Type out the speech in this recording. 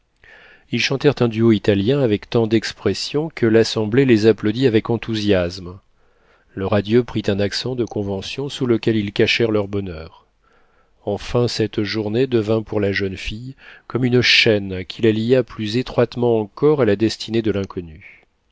ils chantèrent un duo italien avec tant d'expression que l'assemblée les applaudit avec enthousiasme leur adieu prit un accent de convention sous lequel ils cachèrent leur bonheur enfin cette journée devint pour la jeune fille comme une chaîne qui la lia plus étroitement encore à la destinée de l'inconnu